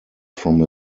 from